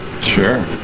Sure